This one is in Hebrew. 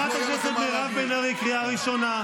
חברת הכנסת מירב בן ארי, קריאה ראשונה.